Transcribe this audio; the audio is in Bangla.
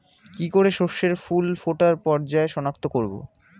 কি করে শস্যের ফুল ফোটার পর্যায় শনাক্ত করব?